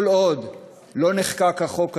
כל עוד לא נחקק החוק הזה,